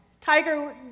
Tiger